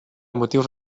motius